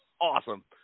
awesome